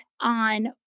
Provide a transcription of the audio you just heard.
on